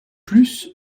plus